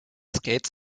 skates